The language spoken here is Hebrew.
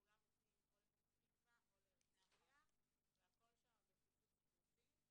כולם מופנים או לפתח תקווה או להרצליה והכול שם בפיצוץ אוכלוסין,